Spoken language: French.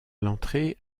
l’entrée